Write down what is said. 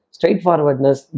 Straightforwardness